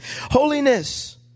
Holiness